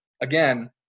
again